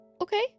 Okay